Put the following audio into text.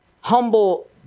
humble